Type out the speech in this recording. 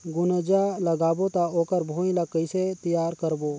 गुनजा लगाबो ता ओकर भुईं ला कइसे तियार करबो?